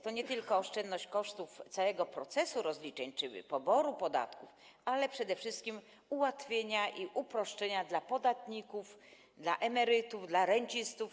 To nie tylko oszczędność w zakresie kosztów całego procesu rozliczeń czy poboru podatków, ale przede wszystkim ułatwienia i uproszczenia dla podatników, dla emerytów, dla rencistów.